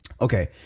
Okay